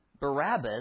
Barabbas